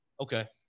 Okay